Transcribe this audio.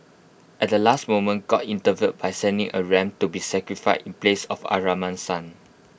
at the last moment God intervened by sending A ram to be sacrificed in place of Abraham's son